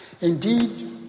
Indeed